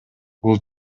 бул